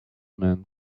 man